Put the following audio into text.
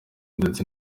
ndetse